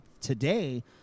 today